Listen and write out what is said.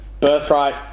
Birthright